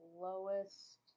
Lowest